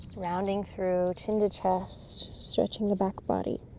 rounding through, chin to chest. stretching the back body.